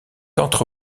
entre